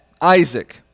Isaac